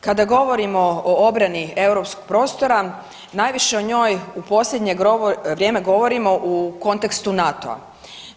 Kada govorimo o obrani europskog prostora najviše o njoj u posljednje vrijeme govorimo u kontekstu NATO-a.